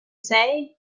say